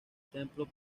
templo